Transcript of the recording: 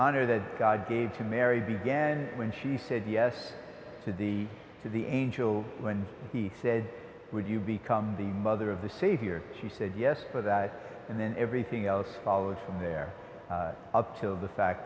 honor that god gave to mary began when she said yes to the to the angel when he said would you become the mother of the savior she said yes for that and then everything else follows from there up till the fact